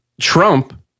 Trump